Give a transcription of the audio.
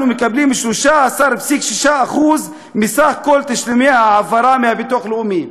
אנחנו מקבלים 13.6% מסך כל תשלומי ההעברה מביטוח לאומי.